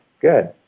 Good